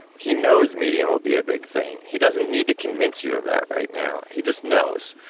he knows medium will be a big thing. he doesn't need to convince you of that right now, he just knows.